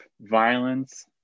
violence